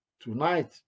tonight